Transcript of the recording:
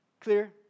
Clear